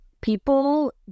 people